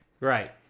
Right